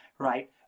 Right